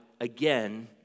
again